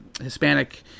Hispanic